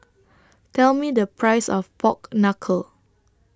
Tell Me The Price of Pork Knuckle